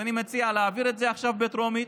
אז אני מציע להעביר את זה עכשיו בטרומית.